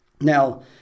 Now